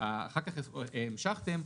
אחר כך המשכתם,